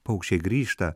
paukščiai grįžta